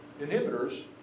inhibitors